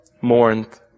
mourned